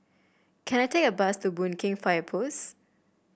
can I take a bus to Boon Keng Fire Post